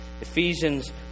Ephesians